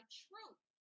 truth